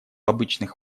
обычных